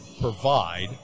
provide